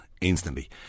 instantly